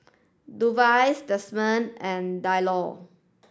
Dovies Desmond and Diallo